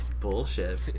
Bullshit